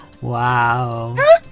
Wow